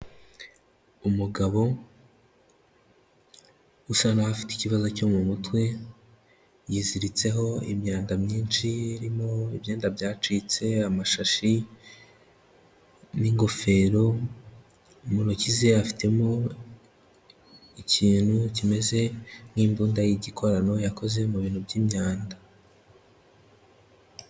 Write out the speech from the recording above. Umugabo usa naho afite ikibazo cyo mu mutwe, yiziritseho imyanda myinshi irimo ibyenda byacitse, amashashi n'ingofero, mu ntoki ze afitemo ikintu kimeze nk'imbunda y'igikorano yakoze mu bintu by'imyanda.